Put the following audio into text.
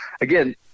again